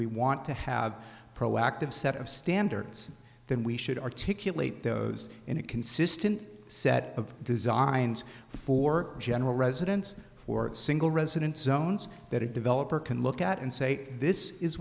we want to have a proactive set of standards then we should articulate those in a consistent set of designs for general residents for single resident zones that a developer can look at and say this is